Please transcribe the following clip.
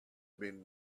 been